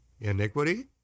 Iniquity